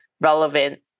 relevant